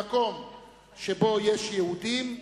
במקום שבו יש יהודים,